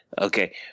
Okay